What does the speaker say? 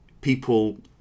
people